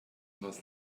aus